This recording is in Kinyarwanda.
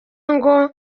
ngo